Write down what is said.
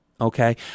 Okay